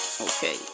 okay